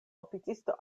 oficisto